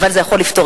אבל זה יכול לפתור.